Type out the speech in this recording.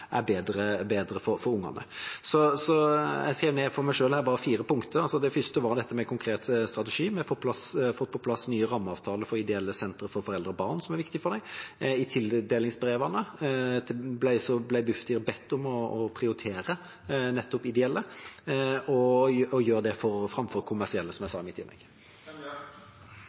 bedre for ungene. Jeg skrev ned noen punkter for meg selv. Det første var dette med en konkret strategi. Vi har fått på plass nye rammeavtaler for ideelle sentre for foreldre og barn, som er viktig for dem. I tildelingsbrevene ble Bufdir bedt om å prioritere ideelle framfor kommersielle, som jeg sa i mitt innlegg.